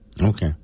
okay